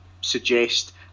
suggest